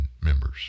members